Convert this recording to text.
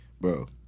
Bro